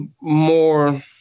more